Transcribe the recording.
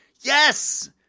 Yes